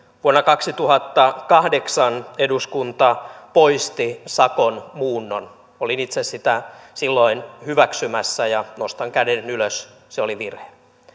vuonna kaksituhattakahdeksan eduskunta poisti sakon muunnon olin itse sitä silloin hyväksymässä ja nostan käden ylös se oli virhe